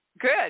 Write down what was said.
Good